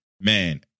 man